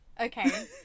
okay